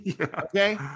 okay